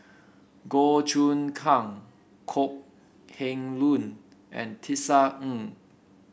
Goh Choon Kang Kok Heng Leun and Tisa Ng